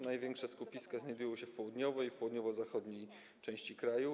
Największe skupiska znajdują się w południowej i w południowo-zachodniej części kraju.